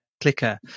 clicker